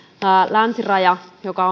länsiraja joka